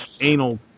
anal